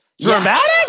Dramatic